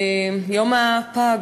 יום הפג.